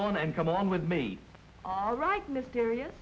on and come along with me all right mysterious